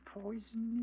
poison